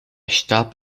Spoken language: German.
starb